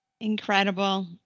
Incredible